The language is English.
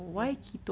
then